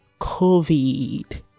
COVID